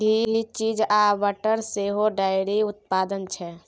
घी, cheese आ butter सेहो dairy उत्पाद छै